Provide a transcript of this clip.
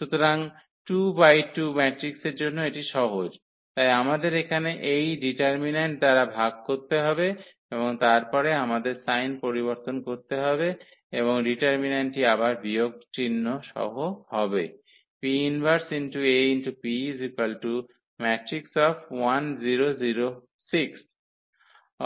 সুতরাং 2 বাই 2 ম্যাট্রিক্সের জন্য এটি সহজ তাই আমাদের এখানে এই ডিটারমিন্যান্ট দ্বারা ভাগ করতে হবে এবং তারপরে আমাদের সাইন পরিবর্তন করতে হবে এবং ডিটারমিন্যান্টটি আবার বিয়োগ চিহ্ন সহ হবে